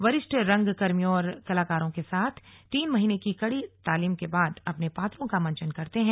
वरिष्ठ रंगकर्मियों और कलाकारों के साथ तीन महीने की कड़ी तालीम के बाद अपने पात्रों का मंचन करते हैं